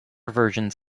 versions